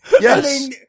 Yes